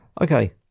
Okay